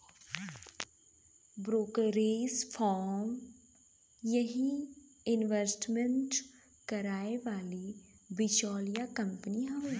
brokerage firm यही investment कराए वाली बिचौलिया कंपनी हउवे